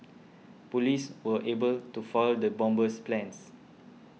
police were able to foil the bomber's plans